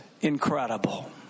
incredible